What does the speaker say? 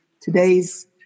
today's